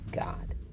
God